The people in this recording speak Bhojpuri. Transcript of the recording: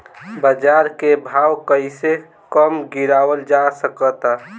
बाज़ार के भाव कैसे कम गीरावल जा सकता?